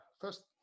first